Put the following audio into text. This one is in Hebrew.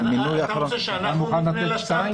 שאנחנו נפנה לשר?